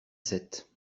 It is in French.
sept